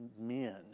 men